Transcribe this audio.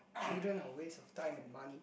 children are waste of time and money